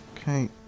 Okay